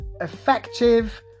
effective